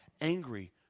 angry